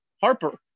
Harper